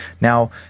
now